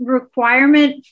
requirement